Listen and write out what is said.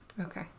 Okay